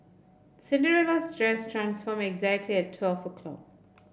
Cinderella's dress transformed exactly at twelve o'clock